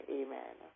amen